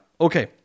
Okay